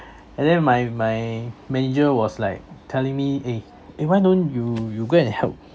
and then my my manager was like telling me eh eh why don't you you go and help